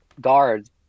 guards